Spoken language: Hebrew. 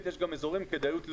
אלא יש גם אזורים עם כדאיות לאומית.